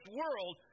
world